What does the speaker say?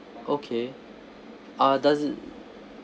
okay uh does it